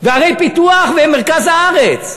וערי פיתוח ומרכז הארץ,